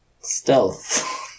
Stealth